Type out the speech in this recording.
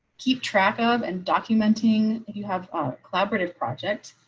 keep track of and documenting if you have a collaborative project.